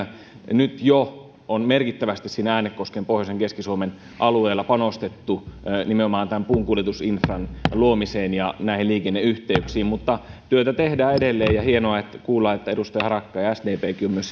nyt jo on merkittävästi siinä äänekosken pohjoisen keski suomen alueella panostettu nimenomaan tämän puunkuljetusinfran luomiseen ja näihin liikenneyhteyksiin mutta työtä tehdään edelleen ja hienoa kuulla että edustaja harakka ja sdpkin ovat myös